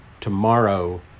tomorrow